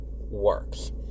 works